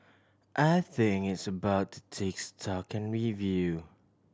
I think it's about to take stock and review